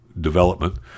development